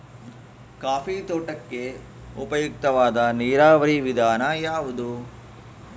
Coffee ತೋಟಕ್ಕೆ ಉಪಯುಕ್ತವಾದ ನೇರಾವರಿ ವಿಧಾನ ಯಾವುದು?